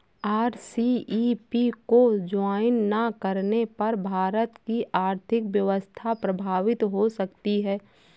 RCEP को join ना करने पर भारत की आर्थिक व्यवस्था प्रभावित हो सकती है